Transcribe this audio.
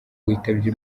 witabye